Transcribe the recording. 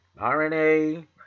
RNA